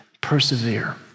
Persevere